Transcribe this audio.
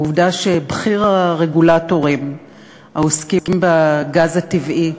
העובדה שבכיר הרגולטורים העוסקים בגז הטבעי,